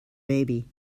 baby